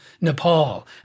Nepal